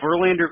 Verlander